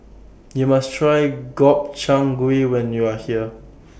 YOU must Try Gobchang Gui when YOU Are here